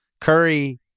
Curry